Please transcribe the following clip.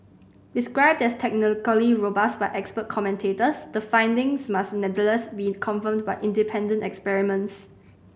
described as technically robust by expert commentators the findings must nevertheless be confirmed by independent experiments